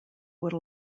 would